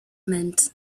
meant